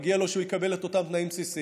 מגיע לו שהוא יקבל את אותם תנאים בסיסיים